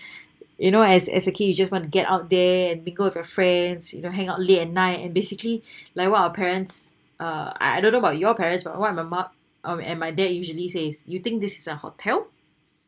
you know as as a kid you just want to get out there and bingle with your friends you know hang out late at night and basically like what our parents uh I I don't know about your parents but what my mom and my dad usually say is you think this is a hotel